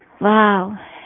Wow